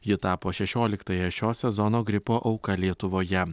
ji tapo šešioliktąja šio sezono gripo auka lietuvoje